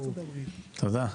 תודה.